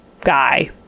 guy